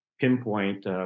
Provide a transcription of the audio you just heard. pinpoint